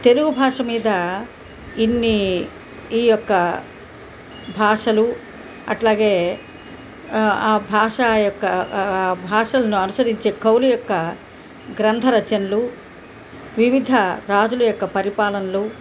తెలుగు భాష మీద ఇన్ని ఈ యొక్క భాషలు అలాగే భాషా యొక్క భాషలను అనుసరించే కవులు యొక్క గ్రంథ రచనలు వివిధ రాజులు యొక్క పరిపాలనలు